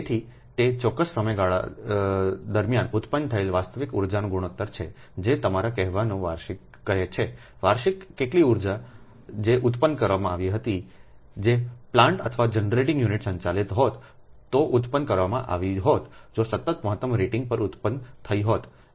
તેથી તે ચોક્કસ સમયગાળા દરમિયાન ઉત્પન્ન થયેલ વાસ્તવિક ઉર્જાના ગુણોત્તર છે જેતમારા કહેવાને વાર્ષિક કહે છે વાર્ષિક કેટલી ઉર્જા જે ઉત્પન્ન કરવામાં આવી હતી જે પ્લાન્ટ અથવા જનરેટિંગ યુનિટ સંચાલિત હોત તો ઉત્પન્ન કરવામાં આવી હોત જો સતત મહત્તમ રેટિંગ પર ઉત્પન થઈ હોત